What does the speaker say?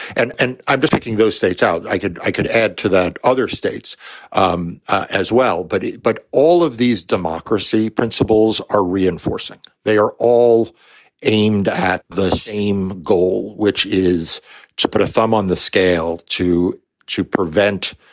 and and i'm just picking those states out. i could i could add to that other states um as well but but all of these democracy principles are reinforcing. they are all aimed at the same goal, which is to put a thumb on the scale to to prevent